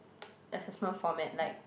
assessment format like